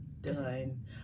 Done